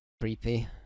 creepy